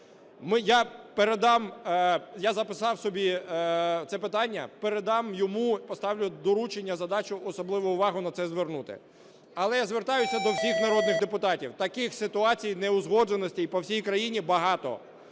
Я передам, я записав собі це питання, передам йому. Поставлю доручення, задачу особливу увагу на це звернути. Але я звертаюсь до всіх народних депутатів. Таких ситуацій, неузгодженостей по всій країні багато.